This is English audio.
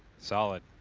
solid.